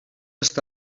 està